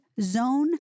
zone